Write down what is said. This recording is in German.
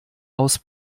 aus